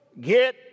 Get